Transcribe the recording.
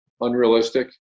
unrealistic